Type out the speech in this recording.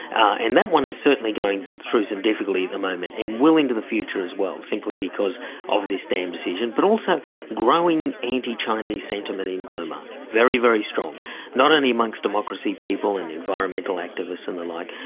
and that one is certainly going through some difficulty at the moment and will into the future as well, simply because of this dam decision, but also growing anti-chinese sentiment in burma very, very strong not only amongst democracy people and environmental activists and the like,